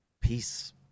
peace